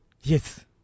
yes